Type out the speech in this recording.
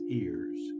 ears